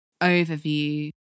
overview